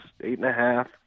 eight-and-a-half